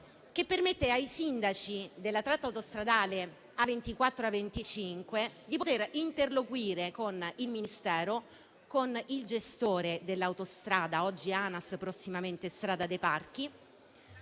comuni interessati dalla tratta autostradale A24 e A25 di interloquire con il Ministero, con il gestore dell'autostrada (oggi ANAS, prossimamente Strada dei parchi)